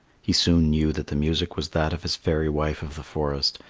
he soon knew that the music was that of his fairy wife of the forest,